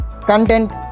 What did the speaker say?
content